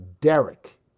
Derek